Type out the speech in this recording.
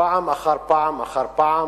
פעם אחר פעם אחר פעם.